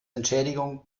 entschädigung